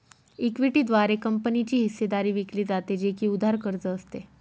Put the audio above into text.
equity द्वारे कंपनीची हिस्सेदारी विकली जाते, जे की उधार कर्ज असते